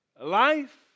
life